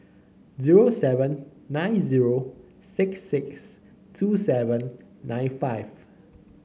zero seven nine zero six six two seven nine five